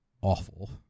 awful